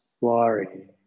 worry